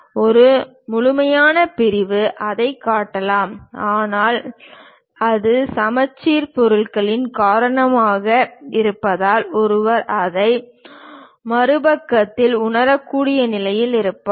ஒரு முழுமையான பிரிவு அதைக் காட்டலாம் ஆனால் அது சமச்சீர் ஆ பொருளின் காரணமாக இருப்பதால் ஒருவர் அதை மறுபக்கத்தில் உணரக்கூடிய நிலையில் இருப்பார்